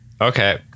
Okay